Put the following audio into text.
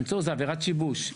מנסור, זאת עבירת שיבוש.